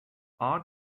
are